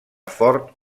fort